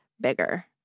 bigger